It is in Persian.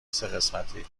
سهقسمتی